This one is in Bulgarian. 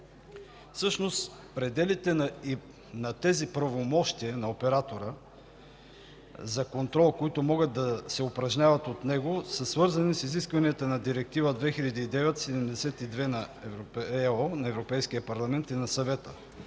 Всъщност пределите на тези правомощия на оператора за контрол, които могат да се упражняват от него, са свързани с изискванията на Директива 2009/72 на ЕО, на Европейския парламент и на Съвета